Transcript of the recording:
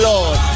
Lord